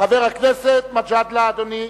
חבר הכנסת מג'אדלה, אדוני,